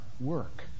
work